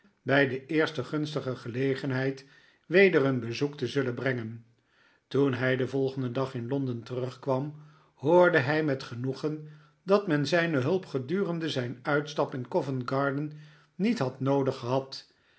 bij de eerste gunstige gelegenheid weder een bezoek te zullen brengen toen lut den volgenden dag in londen terugkwam hoorde hij met genoegen dat men zijne hulp gedurende zijn uitstap in covent-garden niet had noodig gehad